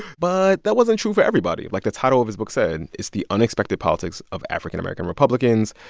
but that wasn't true for everybody. like the title of his book said, it's the unexpected politics of african american republicans.